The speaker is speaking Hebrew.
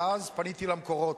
ואז פניתי למקורות,